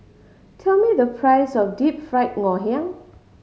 tell me the price of Deep Fried Ngoh Hiang